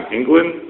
England